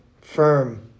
firm